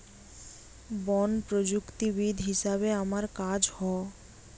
বন প্রযুক্তিবিদ হিসাবে আমার কাজ হ